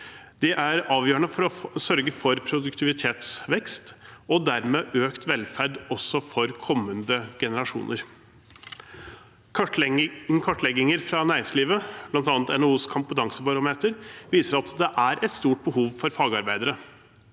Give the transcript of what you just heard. De er avgjørende for å sørge for produktivitetsvekst og dermed økt velferd også for kommende generasjoner. Kartlegginger fra næringslivet, bl.a. NHOs kompetansebarometer, viser at det er et stort behov for fagarbeidere.